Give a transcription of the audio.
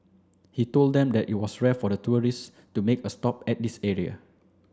he told them that it was rare for the tourists to make a stop at this area